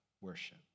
worship